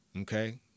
okay